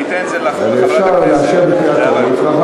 אני אתן את זה לחברת הכנסת זהבה גלאון.